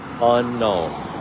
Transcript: Unknown